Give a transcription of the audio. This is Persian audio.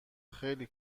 خیلی